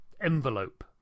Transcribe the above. envelope